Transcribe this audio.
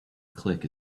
click